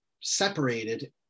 separated